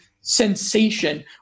sensation